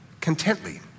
contently